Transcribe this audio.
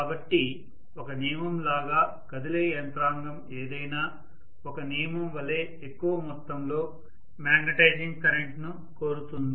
కాబట్టి ఒక నియమం లాగా కదిలే యంత్రాంగం ఏదైనా ఒక నియమం వలె ఎక్కువ మొత్తంలో మ్యాగ్నెటైజింగ్ కరెంట్ ను కోరుతుంది